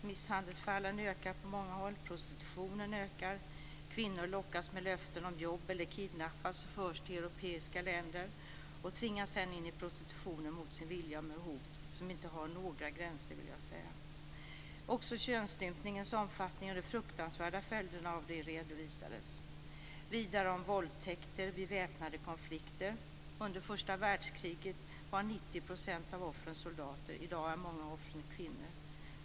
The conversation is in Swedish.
Misshandelsfallen ökar på många håll. Prostitutionen ökar. Kvinnor lockas med löften om jobb eller kidnappas och förs till europeiska länder och tvingas sedan in i prostitution mot sin vilja och med hot som inte har några gränser. Också könsstympningens omfattning och de fruktansvärda följderna av denna redovisades. Vidare fick vi höra om våldtäkter vid väpnade konflikter. Under första världskriget var 90 % av offren soldater. I dag är många av offren kvinnor.